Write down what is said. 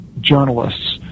journalists